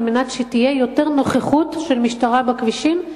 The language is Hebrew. על מנת שתהיה יותר נוכחות של משטרה בכבישים.